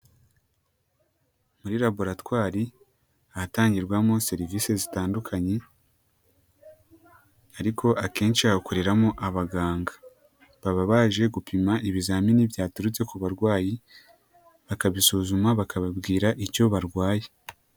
Muri laboratwari ahatangirwamo serivise zitandukanye ariko akenshi hakoreramo abaganga, baba baje gupima ibizamini byaturutse ku barwayi, bakabisuzuma bakababwira icyo barwaye.